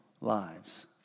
lives